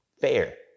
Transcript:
fair